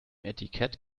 etikett